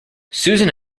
susan